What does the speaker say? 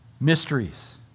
Mysteries